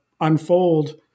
unfold